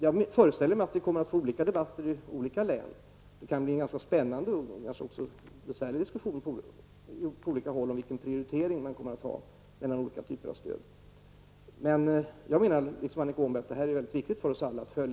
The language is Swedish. Jag föreställer mig att vi kommer att få olika debatter i olika län. Det kan bli en ganska spännande och även besvärlig diskussion på olika håll om vilka prioriteringar man kommer att göra mellan olika typer av stöd. Jag menar, liksom Annika Åhnberg, att det är är mycket viktigt för oss alla att följa.